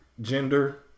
gender